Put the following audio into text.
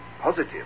positive